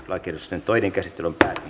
asian käsittely päättyi